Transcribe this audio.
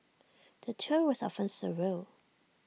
the tour was often surreal